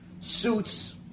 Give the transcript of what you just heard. suits